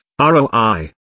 ROI